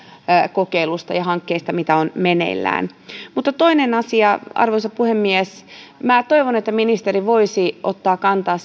kokeiluista ja ja hankkeista mitä on meneillään toinen asia arvoisa puhemies toivon että ministeri voisi ottaa kantaa